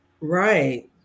Right